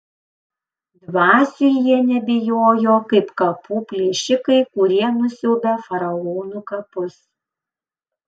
dvasių jie nebijojo kaip kapų plėšikai kurie nusiaubia faraonų kapus